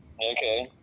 Okay